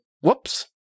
whoops